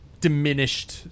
diminished